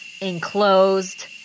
enclosed